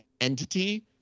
entity